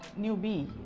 newbie